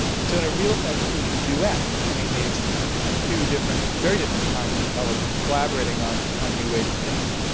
and so, in a real sense, it's a duet between these two different very different kinds of intelligence collaborating on ah new ways of thinking.